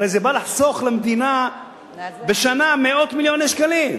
הרי זה בא לחסוך למדינה בשנה מאות-מיליוני שקלים,